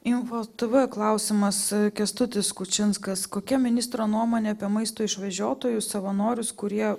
info tv klausimas kęstutis kučinskas kokia ministro nuomonė apie maisto išvežiotojų savanorius kurie